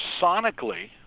sonically